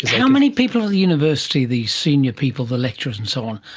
how many people in the university, the senior people, the lecturers and so on,